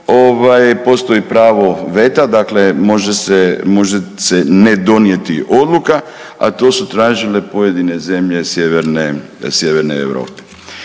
postoji pravo veta, dakle može se, može se ne donijeti odluka, a to su tražile pojedine zemlje sjeverne Europe.